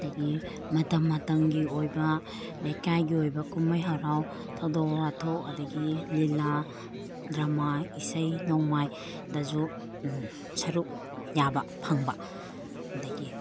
ꯑꯗꯒꯤ ꯃꯇꯝ ꯃꯇꯝꯒꯤ ꯑꯣꯏꯕ ꯂꯩꯀꯥꯏꯒꯤ ꯑꯣꯏꯕ ꯀꯨꯝꯍꯩ ꯍꯔꯥꯎ ꯊꯧꯗꯣꯛ ꯋꯥꯊꯣꯛ ꯑꯗꯒꯤ ꯂꯤꯂꯥ ꯗ꯭ꯔꯥꯃꯥ ꯏꯁꯩ ꯅꯣꯡꯃꯥꯏꯗꯁꯨ ꯁꯔꯨꯛ ꯌꯥꯕ ꯐꯪꯕ ꯑꯗꯒꯤ